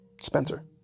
Spencer